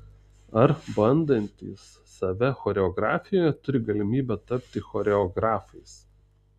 ar bandantys save choreografijoje turi galimybę tapti choreografais